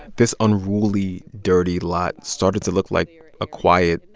this unruly, dirty lot started to look like a quiet,